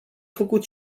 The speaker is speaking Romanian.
făcut